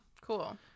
Cool